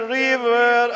river